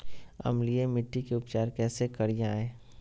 अम्लीय मिट्टी के उपचार कैसे करियाय?